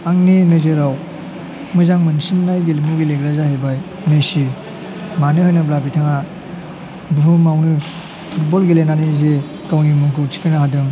आंनि नोजोराव मोजां मोनसिनाय गेलेमु गेलेग्राया जाहैबाय मेसि मानो होनोब्ला बिथाङा बुहुमावनो फुतबल गेलेनानै जे गावनि मुंखौ थिखोनो हादों